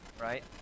right